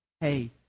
Hey